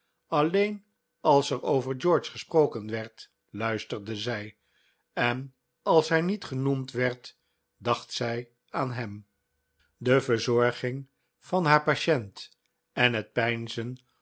alleen als er over george gesproken werd luisterde zij en als hij niet genoemd werd dacht zij aan hem de verzorging van haar patient en het